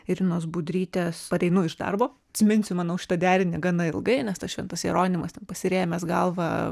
ir inos budrytės pareinu iš darbo atsiminsiu manau šitą derinį gana ilgai nes tas šventas jeronimas ten pasirėmęs galvą